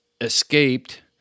escaped